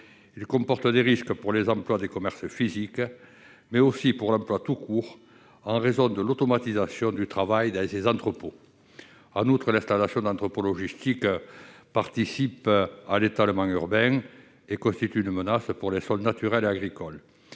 comporte des risques pour les emplois des commerces physiques, mais aussi pour l'emploi tout court, en raison de l'automatisation du travail dans ses entrepôts. En outre, l'installation d'entrepôts logistiques participe à l'étalement urbain et constitue une menace pour les sols naturels et agricoles.